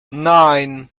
nine